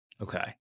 Okay